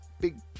big